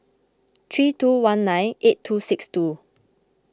three two one nine eight two six two